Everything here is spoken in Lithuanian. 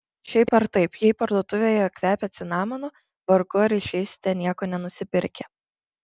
šiaip ar taip jei parduotuvėje kvepia cinamonu vargu ar išeisite nieko nenusipirkę